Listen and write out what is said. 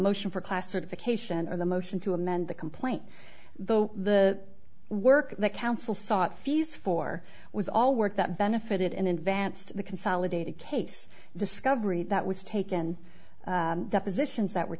motion for classification and the motion to amend the complaint though the work the council sought fees for was all work that benefited in advance to the consolidated case discovery that was taken the positions that were